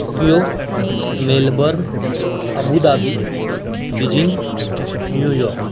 Tokyo Melbourne Abu Dhabi Beijing New York